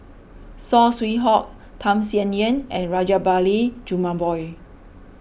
Saw Swee Hock Tham Sien Yen and Rajabali Jumabhoy